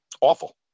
Awful